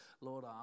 Lord